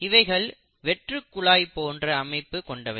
இவைகள் வெற்று குழாய் போன்ற அமைப்பு கொண்டவை